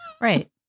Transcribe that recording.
Right